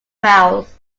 mouth